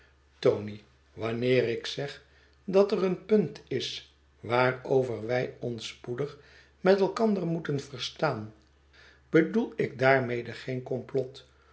tony wanneer ik zeg dat er een punt is waarover wij ons spoedig met elkander moeten verstaan bedoel ik daarmede geen komplot